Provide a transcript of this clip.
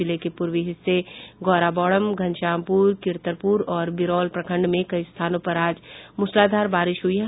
जिले के पूर्वी हिस्से गौराबौड़म घनश्यामपुर किरतपुर और बिरौल प्रखंड में कई स्थानों पर आज मूसलाधार बारिश हुई है